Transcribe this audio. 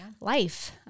life